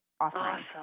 awesome